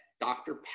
Dr